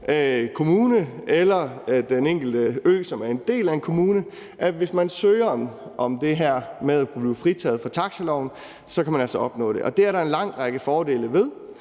eller den enkelte ø, som er en del af en kommune. Hvis man søger om det her med at kunne blive fritaget for taxiloven, kan man altså opnå det. Det er der en lang række fordele ved.